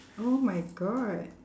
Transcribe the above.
oh my god